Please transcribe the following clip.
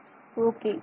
மாணவர் ஓகே